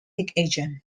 agent